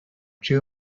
too